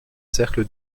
cercle